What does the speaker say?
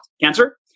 cancer